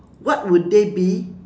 what would they be